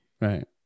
right